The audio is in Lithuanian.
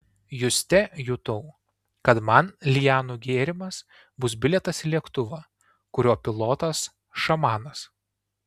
juste jutau kad man lianų gėrimas bus bilietas į lėktuvą kurio pilotas šamanas